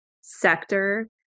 sector